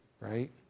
right